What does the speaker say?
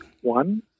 one